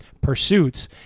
pursuits